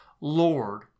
Lord